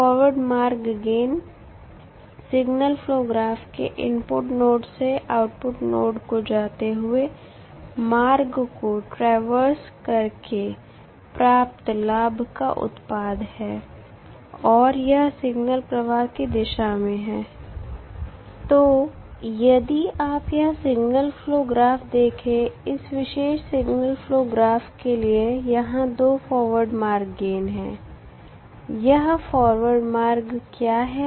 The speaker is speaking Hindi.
फॉरवर्ड मार्ग गेन सिगनल फ्लो ग्राफ के इनपुट नोड से आउटपुट नोड को जाते हुए मार्ग को ट्रैवर्स करके प्राप्त लाभ का उत्पाद है और यह सिग्नल प्रवाह की दिशा में है तो यदि आप यह सिगनल फ्लो ग्राफ देखें इस विशेष सिगनल फ्लो ग्राफ के लिए यहां दो फॉरवर्ड मार्ग गेन हैं यह फॉरवर्ड मार्ग क्या है